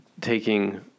taking